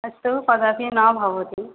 अस्तु कदापि न भवति